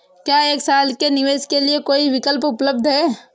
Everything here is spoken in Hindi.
क्या एक साल के निवेश के लिए कोई विकल्प उपलब्ध है?